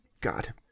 God